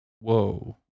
Whoa